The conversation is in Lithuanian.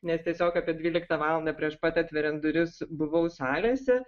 nes tiesiog apie dvyliktą valandą prieš pat atveriant duris buvau salėse